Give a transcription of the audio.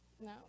No